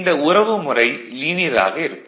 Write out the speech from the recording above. இந்த உறவுமுறை லீனியர் ஆக இருக்கும்